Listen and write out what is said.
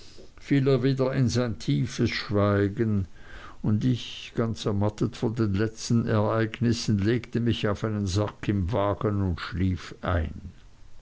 er wieder in sein tiefes schweigen und ich ganz ermattet von den letzten ereignissen legte mich auf einen sack im wagen und schlief ein